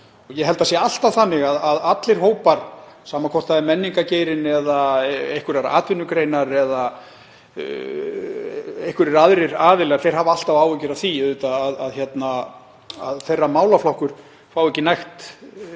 Ég held að það sé alltaf þannig að allir hópar, sama hvort það er menningargeirinn eða einhverjar atvinnugreinar eða einhverjir aðrir aðilar, hafi alltaf áhyggjur af því að þeirra málaflokkur fái ekki nægt